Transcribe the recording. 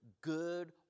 good